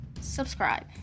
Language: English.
subscribe